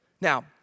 Now